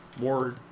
more